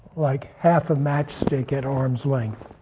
like half a matchstick at arm's length.